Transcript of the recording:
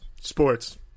Sports